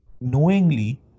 knowingly